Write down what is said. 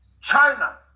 China